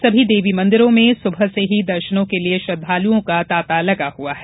सभी देवी मंदिरों में सुबह से ही दर्शनों के लिये श्रद्धालुओं का तांता लगा हुआ है